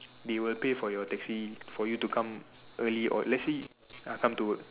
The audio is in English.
they will pay for your taxi for you to come early or let's say ah come to work